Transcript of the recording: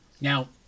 Now